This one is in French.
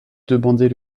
demander